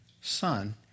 son